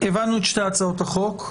הבנו את שתי הצעות החוק.